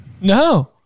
no